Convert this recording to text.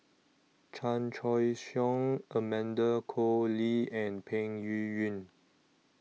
Chan Choy Siong Amanda Koe Lee and Peng Yuyun